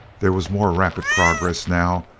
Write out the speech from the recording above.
there was more rapid progress, now,